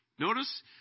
Notice